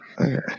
okay